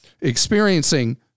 experiencing